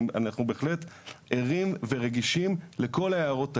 אנחנו בהחלט ערים ורגישים לכל ההערות האלה.